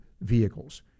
vehicles